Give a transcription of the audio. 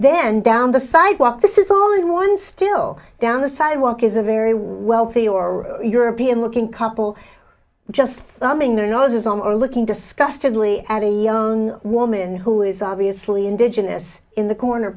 then down the sidewalk this is the only one still down the sidewalk is a very wealthy or european looking couple just coming their noses on or looking disgusted lee at a young woman who is obviously indigenous in the corner